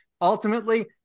Ultimately